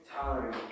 time